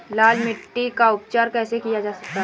लाल मिट्टी का उपचार कैसे किया जाता है?